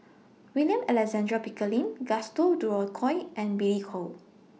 William Alexander Pickering Gaston Dutronquoy and Billy Koh